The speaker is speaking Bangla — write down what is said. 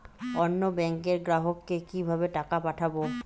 অন্য ব্যাংকের গ্রাহককে কিভাবে টাকা পাঠাবো?